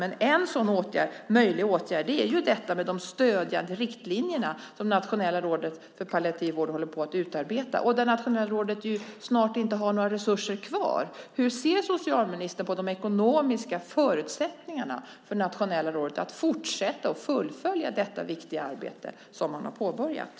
Men en möjlig åtgärd är de stödjande riktlinjer som Nationella rådet för palliativ vård håller på att utarbeta och där Nationella rådet snart inte har några resurser kvar. Hur ser socialministern på de ekonomiska förutsättningarna för Nationella rådet att fortsätta och fullfölja detta viktiga arbete som har påbörjats?